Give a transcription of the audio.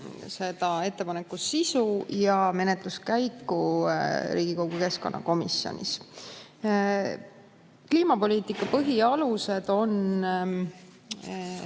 selle ettepaneku sisu ja menetluskäiku Riigikogu keskkonnakomisjonis. Kliimapoliitika põhialused on